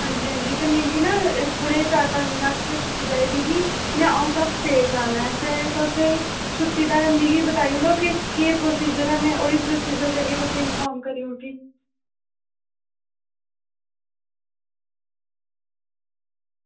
अंजी अंजी मिगी ना थोह्ड़े ना चार पंज दिन आस्तै छुट्टी चाहिदी में ना आऊट ऑफ स्टेट जाना ऐ ते तुसें ई छुट्टी दा मिगी बताई ओड़ो की एह् प्रोसीज़र ऐ में एह् प्रोसीज़र तुसेंगी फोन करी ओड़गी